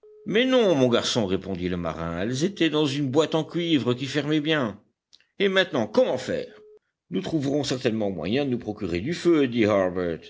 mais non mon garçon répondit le marin elles étaient dans une boîte en cuivre qui fermait bien et maintenant comment faire nous trouverons certainement moyen de nous procurer du feu